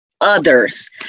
others